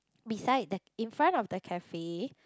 beside the in front of the cafe